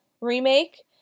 remake